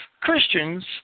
Christians